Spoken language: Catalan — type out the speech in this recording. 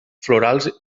florals